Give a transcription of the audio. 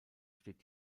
steht